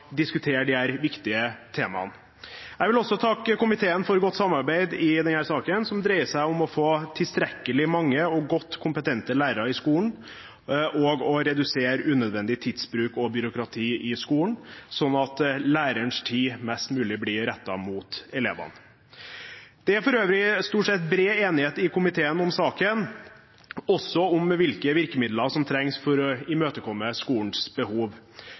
viktige temaene. Jeg vil også takke komiteen for godt samarbeid i denne saken, som dreier seg om å få tilstrekkelig mange og kompetente lærere i skolen, og å redusere unødvendig tidsbruk og byråkrati i skolen, sånn at lærerens tid blir mest mulig rettet mot elevene. Det er for øvrig stort sett bred enighet i komiteen om saken, også om hvilke virkemidler som trengs for å imøtekomme skolens behov.